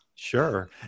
Sure